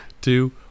two